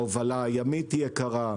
ההובלה הימית היא יקרה.